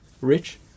Rich